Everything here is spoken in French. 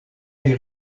les